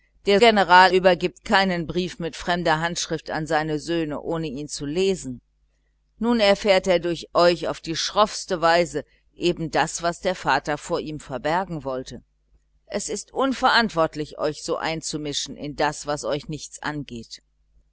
der general übergibt keinen brief mit fremder handschrift an seine söhne ohne ihn zu lesen nun erfährt er durch euch auf die schroffste weise eben das was der vater vor ihm verbergen wollte es ist unverantwortlich euch so einzumischen in das was euch nichts angeht